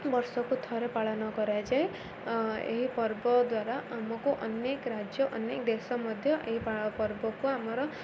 ବର୍ଷକୁ ଥରେ ପାଳନ କରାଯାଏ ଏହି ପର୍ବ ଦ୍ୱାରା ଆମକୁ ଅନେକ ରାଜ୍ୟ ଅନେକ ଦେଶ ମଧ୍ୟ ଏହି ପର୍ବକୁ ଆମର